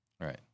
Right